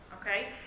okay